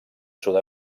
sud